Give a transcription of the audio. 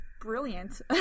brilliant